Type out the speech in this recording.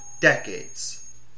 decades